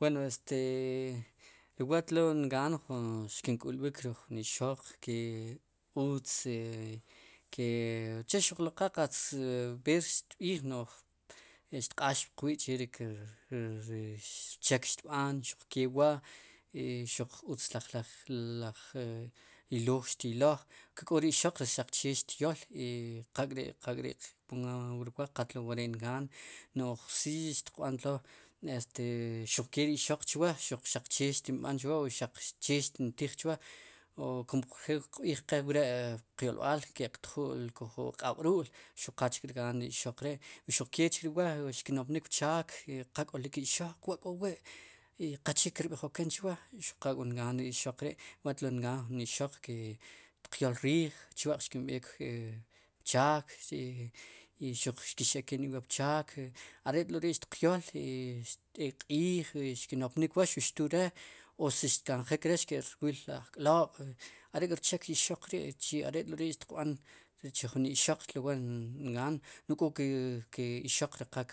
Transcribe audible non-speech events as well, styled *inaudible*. Wen este ri wa' tlo ngaan jun xkin k'ulb'ik ruk' jun ixoq ke utz ke uche xuq lo qa qatz ver xtb'iij xtq'aax puq wi' che ri rchek xtb'an xuqke wa' i xuq utz laj, laj *hesitation* laj ylooj xtyloj k'o re ixoq xaq che xtyol qak'ri, qak'ri pongamos qat'lo wari' ngaan no'j si xtiqb'an tlo este xuq ke ri ixoq chwa xaq che xtinb'an chwa xaq che xtintij chwa o kun njel qb'ij qe wre' puq yolb'aal ke'q tju'l kuj je q'ab'ru'l xuq qal rgaan chri ixoq ri' xuq ke chri wa' xkinopnik pchaak qal k'olik ixoq wa' k'o wi' i qache kirb'ijoken chwa xuq qal k'wa'ngaan ri'más ingaan jun ixoq ke ixtiq yool riij chwa'q xkinb'eek pchaak i xuq xkix eken iwaa pchaak are't'lori' xtiq yool i xt'ek q'iij xuq xkinopnik wa xuq xtul re' o si xtkanjik re'xki'rwil wu ajk'lob' are'k rchek ixoq ri' i are't'lori' xtiqb'an rech jun ixoq tlowaa ngaan no'j k'o ke ixoq qak,